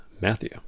Matthew